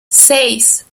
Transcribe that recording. seis